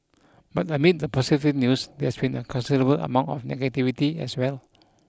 but amid the positive news there's been a considerable amount of negativity as well